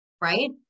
right